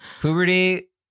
puberty